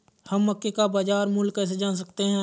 हम मक्के का बाजार मूल्य कैसे जान सकते हैं?